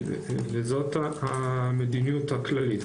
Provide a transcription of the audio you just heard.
זו המדיניות הכללית.